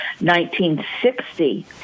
1960